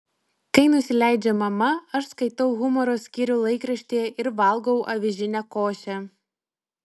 kai nusileidžia mama aš skaitau humoro skyrių laikraštyje ir valgau avižinę košę